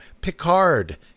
Picard